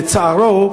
לצערו,